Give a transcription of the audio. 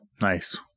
Nice